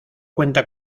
cuenta